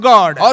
God